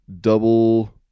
double